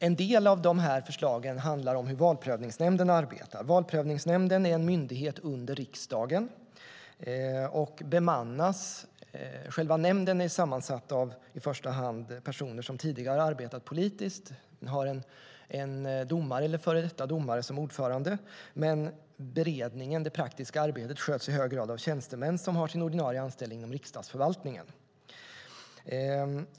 En del av de här förslagen handlar om hur Valprövningsnämnden arbetar. Valprövningsnämnden är en myndighet under riksdagen. Själva nämnden är i första hand sammansatt av personer som tidigare har arbetat politiskt. Den har en domare eller före detta domare som ordförande. Beredningen, det praktiska arbetet, sköts i hög grad av tjänstemän som har sin ordinarie anställning inom Riksdagsförvaltningen.